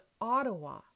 Ottawa